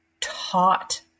taught